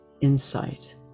insight